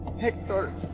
Hector